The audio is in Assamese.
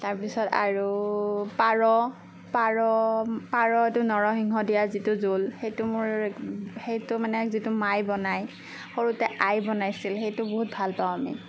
তাৰপিছত আৰু পাৰ পাৰ পাৰ এইটো নৰসিংহ দিয়া যিটো জোল সেইটো মোৰ সেইটো মানে যিটো মায়ে বনাই সৰুতে আয়ে বনাইছিল সেইটো বহুত ভাল পাওঁ আমি